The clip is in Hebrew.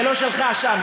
זה לא שלך שם.